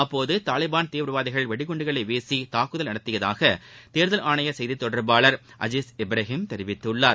அப்போது தாலிபன் தீவிரவாதிகள் வெடிகுண்டுகளை வீசி தாக்குதல் நடத்தியதாக தேர்தல் ஆணைய செய்தித்தொடர்பாளர் அஜீஸ் இப்ராஹிம் தெரிவித்தார்